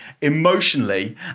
emotionally